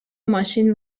ماشین